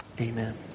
amen